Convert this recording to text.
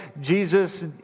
Jesus